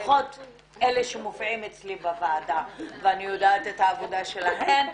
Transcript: לפחות אלה שמופיעים אצלי בוועדה ואני יודעת את העבודה שלהם.